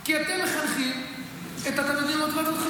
כי אתם מחנכים את --- הכי גדולות.